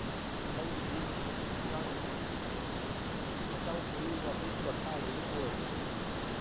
ꯑꯩꯒꯤꯗꯤ ꯍꯛꯆꯥꯡ ꯍꯛꯆꯥꯡ ꯄꯨꯛꯅꯤꯡ ꯋꯥꯈꯜ ꯄꯣꯊꯥꯕ ꯍꯥꯏꯗꯨ ꯑꯣꯏ